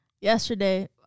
yesterday